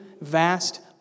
vast